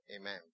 Amen